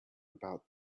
about